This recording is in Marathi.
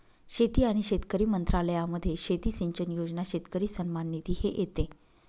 शेती आणि शेतकरी मंत्रालयामध्ये शेती सिंचन योजना, शेतकरी सन्मान निधी हे येते